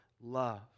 love